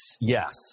yes